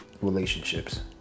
relationships